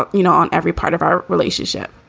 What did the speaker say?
but you know, on every part of our relationship?